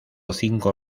cinco